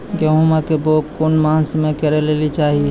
गेहूँमक बौग कून मांस मअ करै लेली चाही?